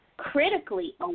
critically